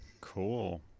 Cool